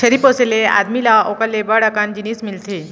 छेरी पोसे ले आदमी ल ओकर ले बड़ कन जिनिस मिलथे